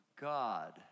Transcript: God